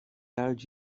urge